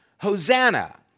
Hosanna